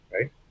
right